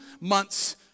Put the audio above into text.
months